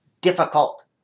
difficult